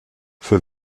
für